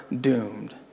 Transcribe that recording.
doomed